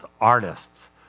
artists